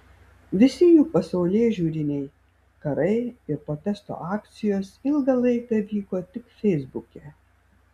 visi jų pasaulėžiūriniai karai ir protesto akcijos ilgą laiką vyko tik feisbuke